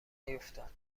نیفتاد